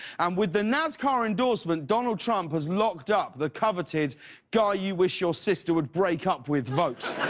um with the nascar endorsement, donald trump has locked up the coveted guy you wish your sister would break up with vote.